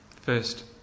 first